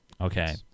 okay